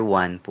one